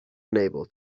unable